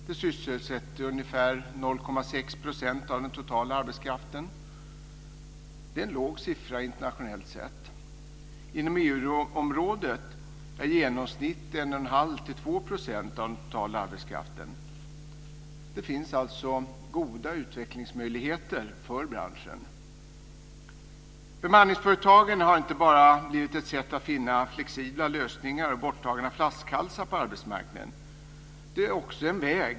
De sysselsätter ungefär 0,6 % av den totala arbetskraften. Det är en låg siffra internationellt sett. Inom EU-området handlar det om i genomsnitt 1 1⁄2-2 % av den totala arbetskraften. Det finns alltså goda utvecklingsmöjligheter för branschen. Bemanningsföretagen har inte bara blivit ett sätt att finna flexibla lösningar och ta bort flaskhalsar på arbetsmarknaden.